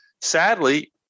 sadly